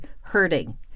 hurting